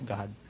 God